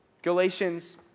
Galatians